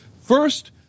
first